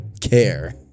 care